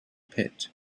pit